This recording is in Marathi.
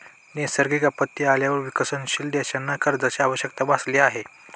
नैसर्गिक आपत्ती आल्यावर विकसनशील देशांना कर्जाची आवश्यकता भासली आहे